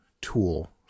tool